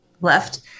left